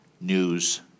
news